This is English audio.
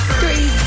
three